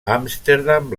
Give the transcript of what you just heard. amsterdam